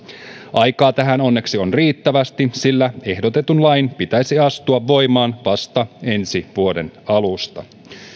aikaa tähän onneksi on riittävästi sillä ehdotetun lain pitäisi astua voimaan vasta ensi vuoden alusta